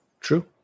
True